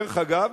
דרך אגב,